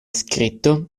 scritto